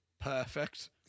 perfect